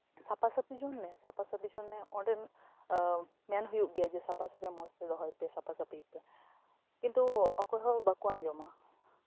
ᱥᱟᱯᱷᱟᱥᱟᱯᱷᱤ ᱡᱚᱱᱱᱮ ᱥᱟᱯᱷᱟᱥᱟᱯᱷᱤ ᱡᱚᱱᱱᱮ ᱚᱸᱰᱮ ᱢᱮᱱ ᱦᱩᱭᱩᱜ ᱜᱮᱭᱟ ᱡᱮ ᱥᱟᱯᱷᱟᱥᱟᱯᱷᱤ ᱢᱚᱡᱽ ᱛᱮ ᱫᱚᱦᱚᱭ ᱯᱮ ᱥᱟᱯᱷᱟᱥᱟᱯᱷᱤᱭ ᱯᱮ ᱠᱤᱱᱛᱩ ᱚᱠᱚᱭ ᱦᱚᱸ ᱵᱟᱠᱚ ᱟᱸᱡᱚᱢᱟ